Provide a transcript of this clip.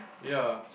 ya